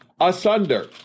asunder